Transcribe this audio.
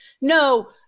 No